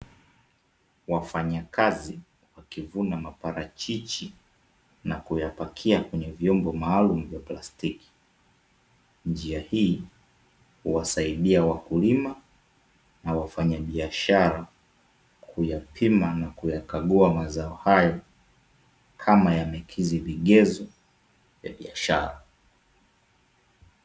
Wafanyakazi wakivuna maparachichi na kuyapakia kwenye vyombo maalum vya plastiki. Njia hii huwasaidia wakulima na wafanyabiashara kuyapima na kuyakagua mazao hayo, kama yamekizi vigezo vya biashara.